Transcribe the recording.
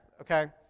Okay